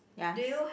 yes